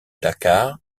dakar